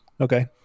Okay